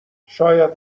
شاید